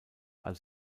als